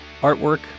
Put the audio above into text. artwork